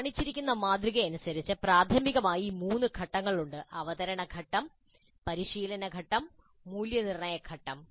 കാണിച്ചിരിക്കുന്ന മാതൃക അനുസരിച്ച് പ്രാഥമികമായി മൂന്ന് ഘട്ടങ്ങളുണ്ട് അവതരണ ഘട്ടം പരിശീലന ഘട്ടം മൂല്യനിർണ്ണയ ഘട്ടം